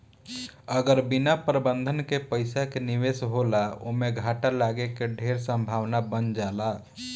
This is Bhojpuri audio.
अगर बिना प्रबंधन के पइसा के निवेश होला ओमें घाटा लागे के ढेर संभावना बन जाला